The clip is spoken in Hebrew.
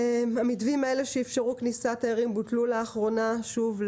המתווים האלה שאפשרו כניסת תיירים בוטלו לאחרונה שוב,